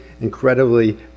incredibly